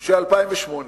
של 2008,